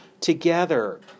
together